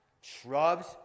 shrubs